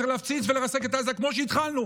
צריך להפציץ ולרסק את עזה כמו שהתחלנו.